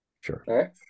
Sure